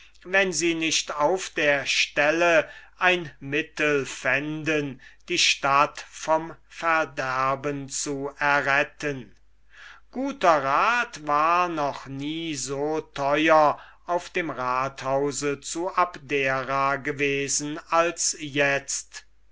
wenn sie nicht auf der stelle ein mittel fänden die stadt vom verderben zu erretten guter rat war noch nie so teuer auf dem ratshause zu abdera gewesen als jetzt